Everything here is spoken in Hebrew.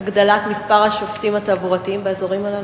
הגדלת מספר השופטים התחבורתיים באזורים הללו?